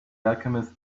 alchemist